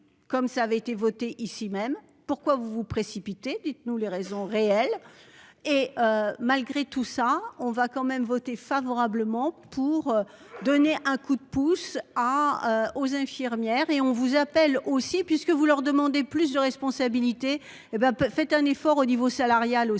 comme ça avait été voté ici même pourquoi vous vous précipitez dites-nous les raisons réelles et malgré tout ça, on va quand même voté favorablement pour donner un coup de pouce à aux infirmières et on vous appelle aussi, puisque vous leur demandez plus de responsabilités. Hé ben. Faites un effort au niveau salarial aussi